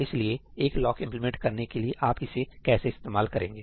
इसलिए एक lock implement करने के लिए आप इसे कैसे इस्तेमाल करेंगे